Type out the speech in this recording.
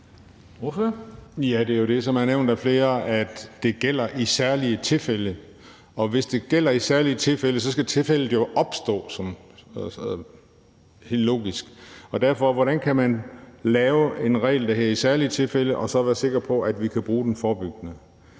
Juhl (EL): Det er jo det, som er nævnt af flere, nemlig at det gælder i særlige tilfælde. Og hvis det gælder i særlige tilfælde, så skal tilfældet jo opstå – sådan helt logisk. Derfor: Hvordan kan man lave en regel, der taler om særlige tilfælde, og så være sikker på, at vi kan bruge den forebyggende.